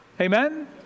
amen